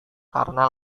karena